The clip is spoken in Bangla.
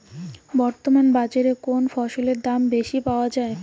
বর্তমান বাজারে কোন ফসলের দাম বেশি পাওয়া য়ায়?